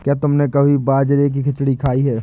क्या तुमने कभी बाजरे की खिचड़ी खाई है?